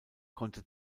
konnte